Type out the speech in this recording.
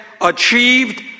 achieved